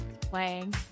playing